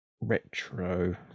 retro